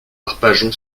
arpajon